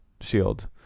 Shield